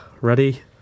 Ready